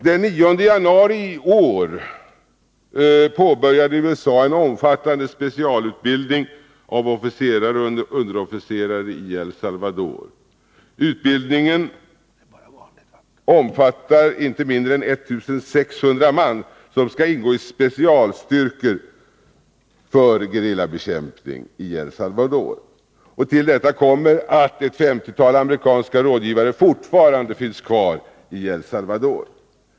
Den 9 januari i år påbörjade USA en omfattande specialutbildning av officerare och underofficerare i El Salvador. Utbildningen omfattar inte mindre än 1 600 man, som skall ingå i specialstyrkor för gerillabekämpning i El Salvador. Till detta kommer att ett femtiotal amerikanska rådgivare fortfarande finns kvar i El Salvador.